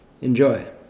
Enjoy